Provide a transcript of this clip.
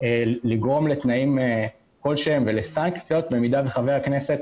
לגרום לתנאים ולסנקציות אם חבר הכנסת